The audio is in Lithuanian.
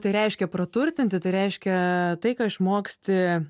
tai reiškia praturtinti tai reiškia tai ką išmoksti